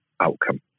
outcome